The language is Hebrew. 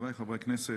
חבריי חברי הכנסת,